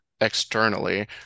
externally